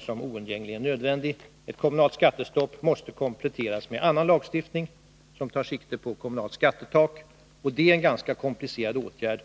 som oundgängligen nödvändig. Lagstiftning om ett kommunalt skattestopp måste kompletteras med annan lagstiftning som tar sikte på ett kommunalt skattetak, och det är en ganska komplicerad åtgärd.